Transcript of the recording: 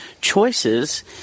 choices